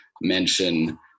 mention